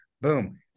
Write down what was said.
boom